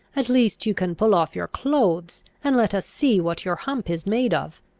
at least you can pull off your clothes, and let us see what your hump is made of.